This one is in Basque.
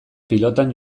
pilotan